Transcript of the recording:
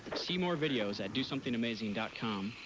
see more videos at dosomethingamazing com.